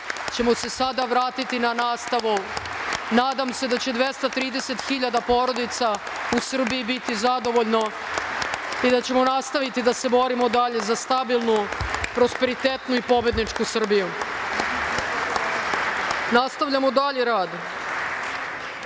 ćemo se sada vratiti na nastavu. Nadam se da će 230 hiljada porodica u Srbiji biti zadovoljno i da ćemo nastaviti da se borimo dalje za stabilnu, prosperitetnu i pobedničku Srbiju. Nastavljamo dalje